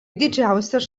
didžiausias